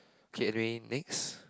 okay anyway next